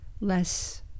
less